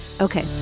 Okay